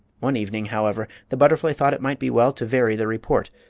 one evening, however, the butterfly thought it might be well to vary the report,